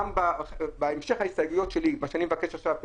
גם בהמשך ההסתייגויות שלי שאני מבקש עכשיו,